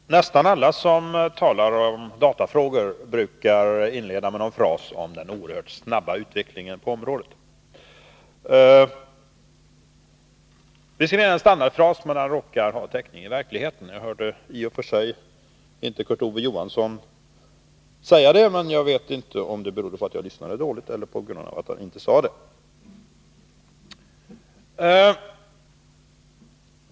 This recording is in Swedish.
Herr talman! Nästan alla som talar om datafrågor brukar inleda med någon fras om den oerhört snabba utvecklingen på området. Visserligen är det en standardfras, men den råkar ha täckning i verkligheten. Jag hörde i och för sig inte Kurt Ove Johansson använda den, men jag vet inte om det berodde på att jag lyssnade dåligt eller på att han inte sade det.